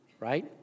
Right